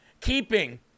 keeping